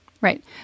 right